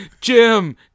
Jim